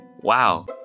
Wow